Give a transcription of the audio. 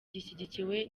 gishyigikiwe